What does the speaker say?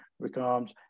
becomes